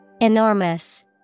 Enormous